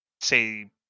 say